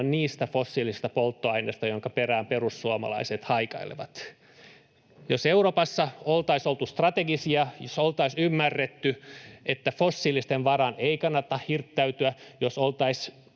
niistä fossiilisista polttoaineista, joiden perään perussuomalaiset haikailevat. Jos Euroopassa oltaisiin oltu strategisia, jos oltaisiin ymmärretty, että fossiilisten varaan ei kannata hirttäytyä, jos oltaisiin